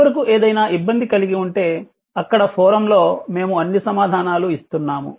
చివరకు ఏదైనా ఇబ్బంది కలిగి ఉంటే అక్కడ ఫోరమ్ లో మేము అన్ని సమాధానాలు ఇస్తున్నాము